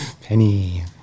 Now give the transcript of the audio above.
Penny